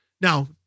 Now